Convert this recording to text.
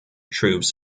troops